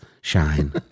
shine